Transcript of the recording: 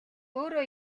өөрөө